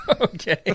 Okay